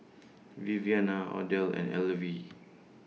Viviana Odell and Elvie